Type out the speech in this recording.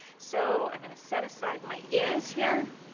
so i'm gonna set aside my is here,